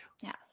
yes